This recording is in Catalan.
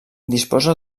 disposa